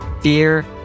fear